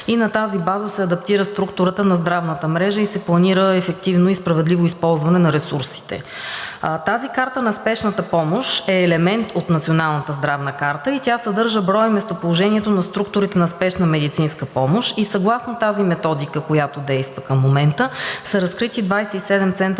На тази база се адаптира структурата на здравната мрежа и се планира ефективно и справедливо използване на ресурсите. Тази карта на спешната помощ е елемент от Националната здравна карта и тя съдържа броя и местоположението на структурите на Спешна медицинска помощ. Съгласно тази методика, която действа към момента, са разкрити 27 центъра